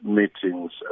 meetings